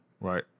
Right